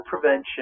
prevention